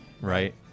right